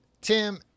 Tim